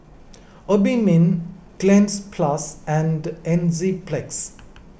Obimin Cleanz Plus and Enzyplex